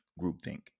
groupthink